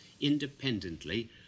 independently